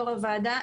יו"ר הוועדה,